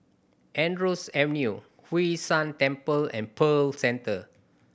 Andrews Avenue Hwee San Temple and Pearl Centre